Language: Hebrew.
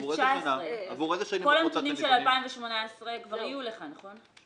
כל הנתונים של 2018 כבר יהיו לך, נכון?